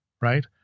Right